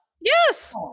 Yes